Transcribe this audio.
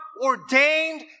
ordained